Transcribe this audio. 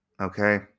Okay